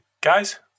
guys